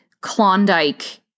Klondike